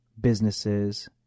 businesses